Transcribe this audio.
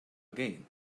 again